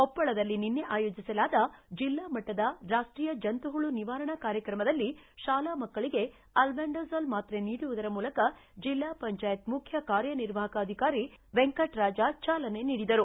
ಕೊಪ್ಪಳದಲ್ಲಿ ನಿನ್ನ ಆಯೋಜಿಸಲಾದ ಜಿಲ್ಲಾ ಮಟ್ಲದ ರಾಷ್ಷೀಯ ಜಂತು ಪುಳ ನಿವಾರಣಾ ಕಾರ್ಯಕ್ರಮದಲ್ಲಿ ಶಾಲಾ ಮಕ್ಕಳಿಗೆ ಅಲ್ಲೆಂಡಜೋಲ್ ಮಾತ್ರೆ ನೀಡುವುದರ ಮೂಲಕ ಜಿಲ್ಲಾ ಪಂಚಾಯತ್ ಮುಖ್ಯ ಕಾರ್ಯನಿರ್ವಾಪಕ ಅಧಿಕಾರಿ ವೆಂಕಟರಾಜಾ ಚಾಲನೆ ನೀಡಿದರು